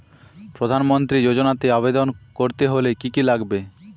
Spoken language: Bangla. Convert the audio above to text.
প্রধান মন্ত্রী যোজনাতে আবেদন করতে হলে কি কী লাগবে?